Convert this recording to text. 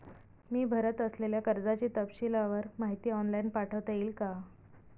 मी भरत असलेल्या कर्जाची तपशीलवार माहिती ऑनलाइन पाठवता येईल का?